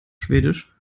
schwedisch